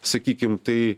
sakykim tai